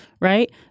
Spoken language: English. right